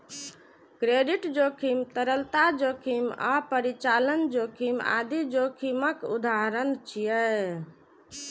credit जोखिम, तरलता जोखिम आ परिचालन जोखिम आदि जोखिमक उदाहरण छियै